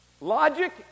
Logic